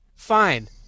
Fine